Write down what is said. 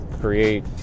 create